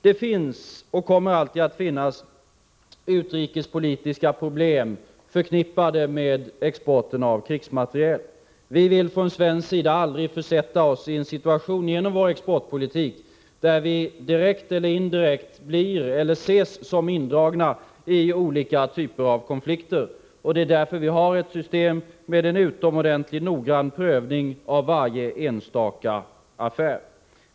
Det finns och kommer alltid att finnas utrikespolitiska problem förknippade med exporten av krigsmateriel. Vi vill från svensk sida aldrig genom vår exportpolitik försätta oss i en situation där vi direkt eller indirekt blir eller ses som indragna i olika typer av konflikter. Det är därför som vi har ett system med en utomordentligt noggrann prövning av varje enstaka affär.